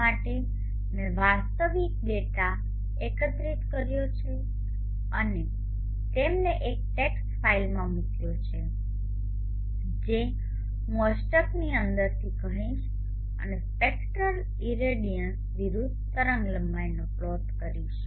આ માટે મેં વાસ્તવિક ડેટા એકત્રિત કર્યો છે અને તેમને એક ટેક્સ્ટ ફાઇલમાં મૂક્યો છે જે હું અષ્ટકની અંદરથી કહીશ અને સ્પેક્ટ્રલ ઇરેડિયન્સ વિરુદ્ધ તરંગલંબાઇને પ્લોટ કરીશ